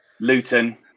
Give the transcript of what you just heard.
Luton